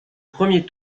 premier